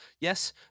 yes